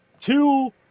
two